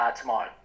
tomorrow